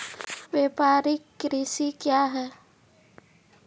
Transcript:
व्यापारिक कृषि क्या हैं?